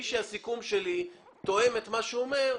מי שהסיכום שלי תואם את מה שהוא אומר,